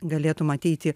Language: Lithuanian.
galėtum ateiti